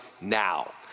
now